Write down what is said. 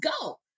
go